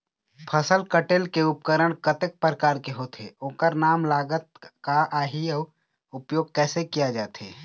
फसल कटेल के उपकरण कतेक प्रकार के होथे ओकर नाम लागत का आही अउ उपयोग कैसे किया जाथे?